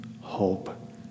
hope